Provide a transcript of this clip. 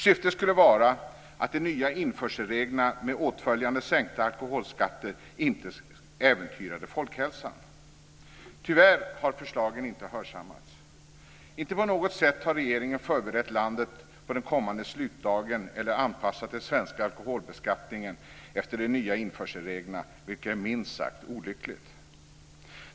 Syftet skulle vara att de nya införselreglerna med åtföljande sänkta alkoholskatter inte äventyrade folkhälsan. Tyvärr har förslagen inte hörsammats. Inte på något sätt har regeringen förberett landet på den kommande slutdagen eller anpassat den svenska alkoholbeskattningen efter de nya införselreglerna, vilket är minst sagt olyckligt.